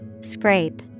Scrape